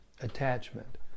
attachment